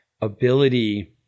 ability